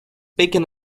bacon